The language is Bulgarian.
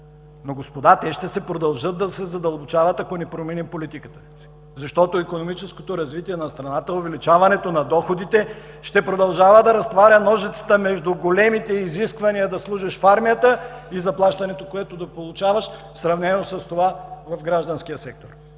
Но, господа, те ще продължат да се задълбочават, ако не променим политиката си, защото икономическото развитие на страната, увеличаването на доходите ще продължава да разтваря ножицата между големите изисквания да служиш в армията и заплащането, което да получаваш, сравнено с това в гражданския сектор.